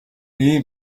ийм